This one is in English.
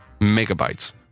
megabytes